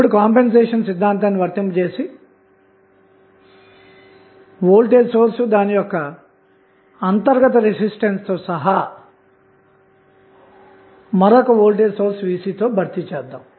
ఇప్పుడు కంపెన్సేషన్ సిద్ధాంతాన్ని వర్తింపజేసి వోల్టేజ్ సోర్స్ ని దాని యొక్క అంతర్గత రెసిస్టెన్స్ తో సహా మరొక వోల్టేజ్ సోర్స్ Vc తో భర్తీ చేద్దాము